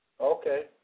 Okay